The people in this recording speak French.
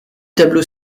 tableau